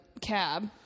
cab